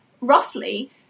roughly